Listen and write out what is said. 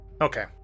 Okay